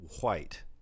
White